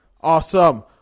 Awesome